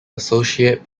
associate